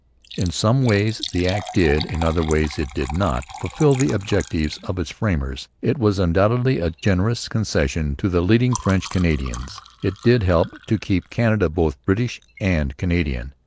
in some ways the act did, in other ways it did not, fulfil the objects of its framers. it was undoubtedly a generous concession to the leading french canadians. it did help to keep canada both british and canadian.